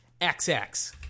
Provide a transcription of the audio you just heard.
XX